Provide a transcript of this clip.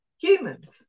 humans